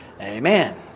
amen